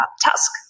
task